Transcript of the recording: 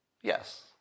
Yes